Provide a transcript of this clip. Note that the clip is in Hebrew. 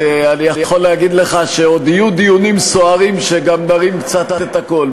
אני יכול להגיד לך שעוד יהיו דיונים סוערים שגם נרים קצת את הקול.